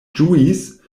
ĝuis